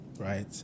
right